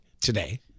today